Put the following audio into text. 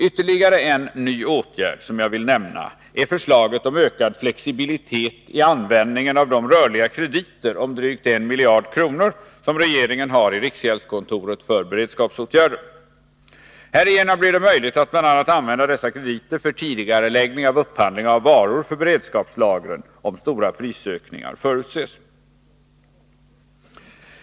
Ytterligare en ny åtgärd som jag vill nämna är förslaget om ökad flexibilitet i användningen av de rörliga krediter om drygt 1 miljard kronor som regeringen har i riksgäldskontoret för beredskapsåtgärder. Härigenom blir det möjligt att bl.a. använda dessa krediter för tidigareläggning av upphandling av varor för beredskapslagren, om stora prisökningar förutses.